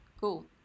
cool